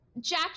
Jack